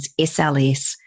SLS